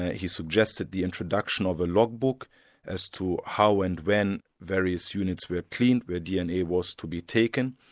he suggested the introduction of a log-book as to how and when various units were cleaned, where dna was to be taken,